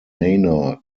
manor